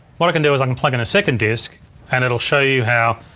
what i can do is i can plug in a second disk and it'll show you how.